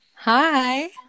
Hi